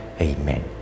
Amen